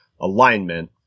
alignment